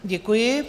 Děkuji.